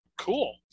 cool